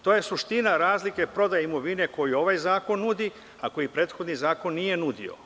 To je suština razlike prodaje imovine koju ovaj zakon nudi, a koji prethodni zakon nije nudio.